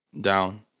down